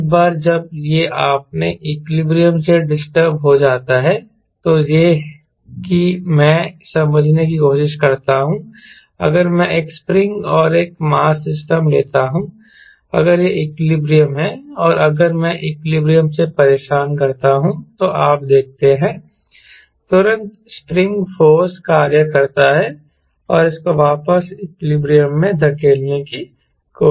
एक बार जब यह अपने इक्विलिब्रियम से डिस्टर्ब हो जाता है तो यह कि मैं समझाने की कोशिश करता हूं अगर मैं एक स्प्रिंग और एक मास सिस्टम लेता हूं अगर यह इक्विलिब्रियम है और अगर मैं इसे इक्विलिब्रियम से परेशान करता हूं तो आप देखते हैं तुरंत स्प्रिंग फोर्स कार्य करता है और इसको वापस इक्विलिब्रियम में धकेलने की कोशिश करता है